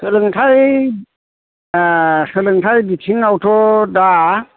सोलोंथाइ सोलोंथाइ बिथिङावथ' दा